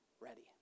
ready